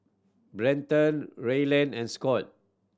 Brenton Ryland and Scot